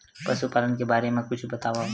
पशुपालन के बारे मा कुछु बतावव?